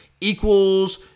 equals